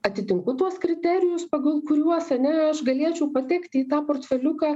atitinku tuos kriterijus pagal kuriuos ane aš galėčiau pateikt į tą portfeliuką